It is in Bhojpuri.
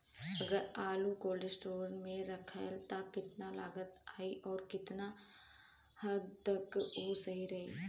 अगर आलू कोल्ड स्टोरेज में रखायल त कितना लागत आई अउर कितना हद तक उ सही रही?